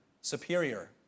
superior